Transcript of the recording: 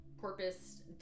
corpus